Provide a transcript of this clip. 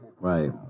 right